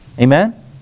amen